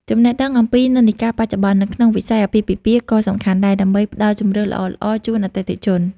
ចំណេះដឹងអំពីនិន្នាការបច្ចុប្បន្ន នៅក្នុងវិស័យអាពាហ៍ពិពាហ៍ក៏សំខាន់ដែរ ដើម្បីផ្តល់ជម្រើសល្អៗជូនអតិថិជន។